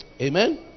Amen